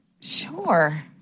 Sure